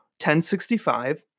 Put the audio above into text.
1065